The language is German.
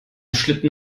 schlitten